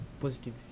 positive